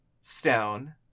stone